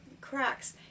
cracks